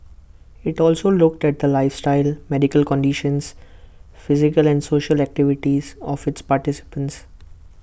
IT also looked at the lifestyles medical conditions physical and social activities of its participants